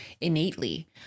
innately